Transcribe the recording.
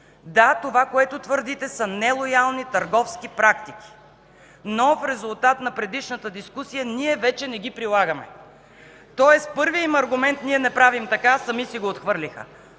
„Да, това, което твърдите, са нелоялни търговски практики, но в резултат на предишната дискусия ние вече не ги прилагаме”. Тоест първият аргумент „Ние не правим така” сами си го отхвърлиха.